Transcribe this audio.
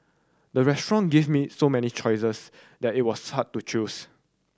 the restaurant give me so many choices that it was hard to choose